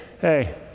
hey